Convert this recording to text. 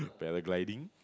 paragliding